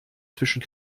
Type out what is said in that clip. zwischen